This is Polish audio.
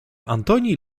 antoni